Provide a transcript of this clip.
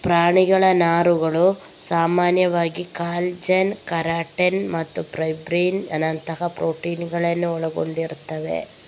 ಪ್ರಾಣಿಗಳ ನಾರುಗಳು ಸಾಮಾನ್ಯವಾಗಿ ಕಾಲಜನ್, ಕೆರಾಟಿನ್ ಮತ್ತು ಫೈಬ್ರೋಯಿನ್ ನಂತಹ ಪ್ರೋಟೀನುಗಳನ್ನ ಒಳಗೊಂಡಿರ್ತವೆ